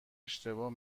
اشتباه